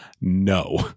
No